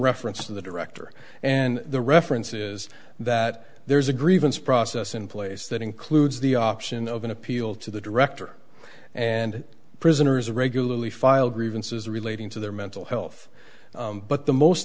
reference to the director and the reference is that there's a grievance process in place that includes the option of an appeal to the director and prisoners are regularly filed grievances relating to their mental health but the most